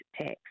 tax